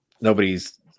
nobody's